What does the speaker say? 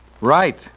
Right